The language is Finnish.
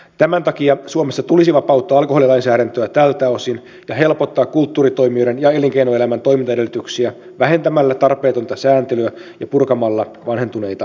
tämän takia suomessa tulisi vapauttaa alkoholilainsäädäntöä tältä osin ja helpottaa kulttuuritoimijoiden ja elinkeinoelämän toimintaedellytyksiä vähentämällä tarpeetonta sääntelyä ja purkamalla vanhentuneita normeja